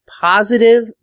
positive